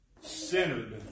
centered